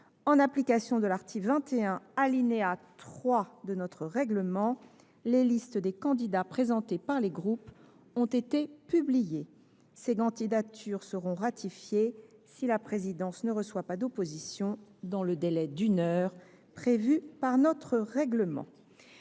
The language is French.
En application de l’article 21, alinéa 3 de notre règlement, les listes des candidats présentés par les groupes ont été publiées. Ces candidatures seront ratifiées si la présidence ne reçoit pas d’opposition dans le délai d’une heure prévu par notre règlement.